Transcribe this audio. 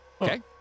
Okay